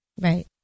right